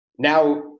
Now